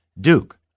Duke